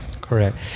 Correct